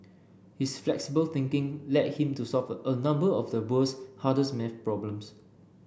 his flexible thinking led him to solve a number of the world's hardest math problems